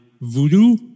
Voodoo